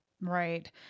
Right